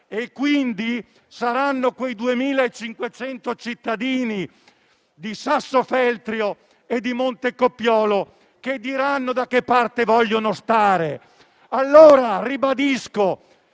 e quindi saranno quei 2.500 cittadini di Sassofeltrio e di Montecopiolo a dire da che parte vogliono stare. Mi appello